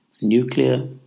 nuclear